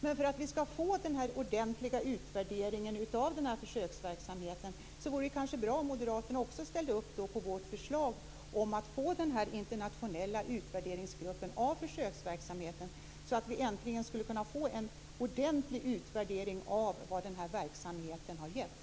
Men för att få en ordentlig utvärdering av försöksverksamheten, vore det bra om Moderaterna ställer upp på vårt förslag om att inrätta en internationell grupp för utvärdering av försöksverksamheten, så att vi äntligen får en ordentlig utvärdering av vad verksamheten har gett.